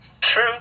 True